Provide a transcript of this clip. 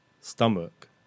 stomach